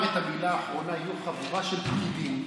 את המילה האחרונה יהיו חבורה של פקידים,